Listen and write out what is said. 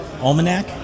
almanac